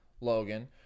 Logan